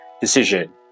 decision